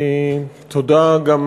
תודה רבה לך,